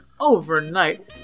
overnight